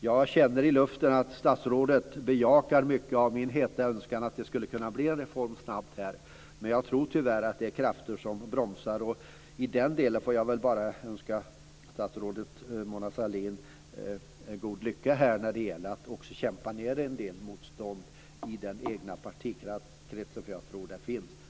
Jag känner i luften att statsrådet bejakar mycket av min heta önskan om att det snabbt ska bli en reform. Men jag tror tyvärr att det är krafter som bromsar. I den delen får jag väl bara önska statsrådet Mona Sahlin god lycka när det gäller att kämpa ned en del motstånd i den egna partikretsen, för jag tror att det finns.